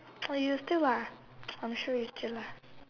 oh you still are I'm sure you still are